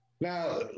now